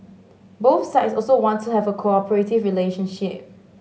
both sides also want to have a cooperative relationship